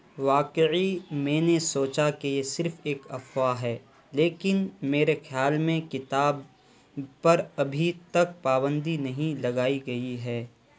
واقعی میں نے سوچا کہ صرف ایک افواہ ہے لیکن میرے خیال میں کتاب پر ابھی تک پابندی نہیں لگائی گئی ہے